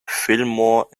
fillmore